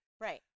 Right